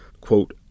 Quote